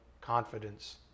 confidence